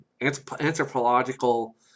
anthropological